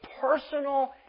personal